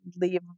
leave